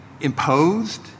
imposed